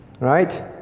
Right